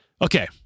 Okay